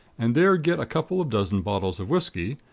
and there get a couple of dozen bottles of whisky,